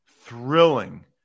thrilling